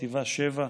בחטיבה 7,